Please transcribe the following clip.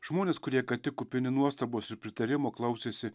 žmonės kurie ką tik kupini nuostabos ir pritarimo klausėsi